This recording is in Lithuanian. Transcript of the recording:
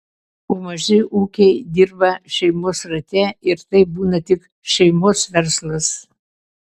o maži ūkiai dirba šeimos rate ir tai būna tik šeimos verslas